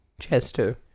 Chester